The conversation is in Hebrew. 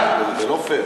זה לא פייר.